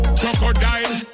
crocodile